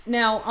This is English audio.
now